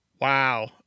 Wow